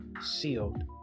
sealed